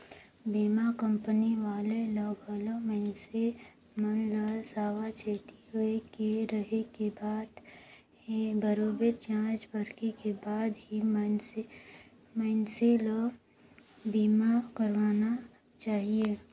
बीमा कंपनी वाले ले घलो मइनसे मन ल सावाचेती होय के रहें के बात हे बरोबेर जॉच परखे के बाद ही मइनसे ल बीमा करवाना चाहिये